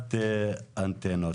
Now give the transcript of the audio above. מהתקנת אנטנות.